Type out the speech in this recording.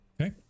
Okay